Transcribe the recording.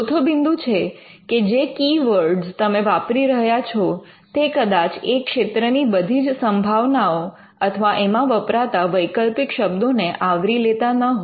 ચોથો બિંદુ છે કે જે કી વર્ડ તમે વાપરી રહ્યા છો તે કદાચ એ ક્ષેત્રની બધી જ સંભાવનાઓ અથવા એમાં વપરાતા વૈકલ્પિક શબ્દોને આવરી લેતા ન હોય